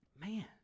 Man